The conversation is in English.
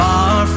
Far